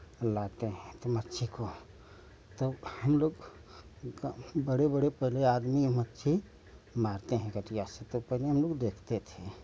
लाते हैं तो मच्छी को तो हम लोग बड़े बड़े पहले आदमी मच्छी मारते हैं कटिया से तो पहले हम लोग देखते थे